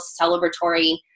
celebratory